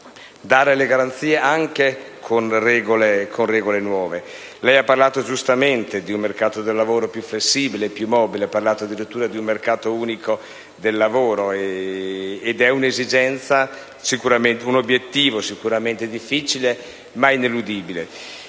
dare garanzie anche con regole nuove. Lei ha giustamente parlato di un mercato del lavoro più flessibile e più mobile; ha parlato addirittura di un mercato unico del lavoro: questo è un obiettivo sicuramente difficile, ma ineludibile.